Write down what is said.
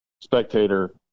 spectator